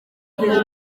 iyi